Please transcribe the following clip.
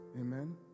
Amen